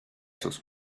sus